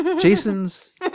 Jason's